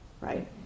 right